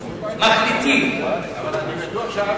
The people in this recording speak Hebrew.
אבל אני בטוח שאהבת יותר,